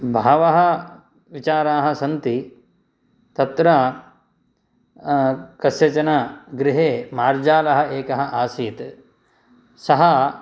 बहवः विचाराः सन्ति तत्र कस्यचन गृहे मार्जालः एकः आसीत् सः